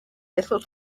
little